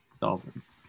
Dolphins